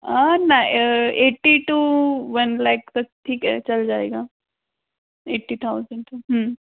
नहीं eighty two one lakh तक ठीक है चल जाएगा ऐटी थाउजेंड तक